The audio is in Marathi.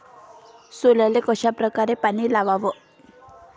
सोल्याले कशा परकारे पानी वलाव?